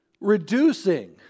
reducing